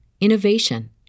innovation